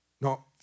No